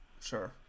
sure